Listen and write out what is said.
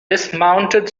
dismounted